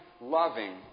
loving